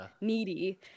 needy